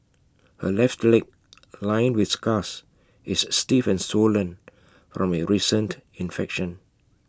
her left leg lined with scars is stiff and swollen from A recent infection